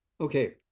Okay